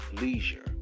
leisure